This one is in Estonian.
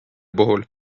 puhul